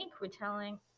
retelling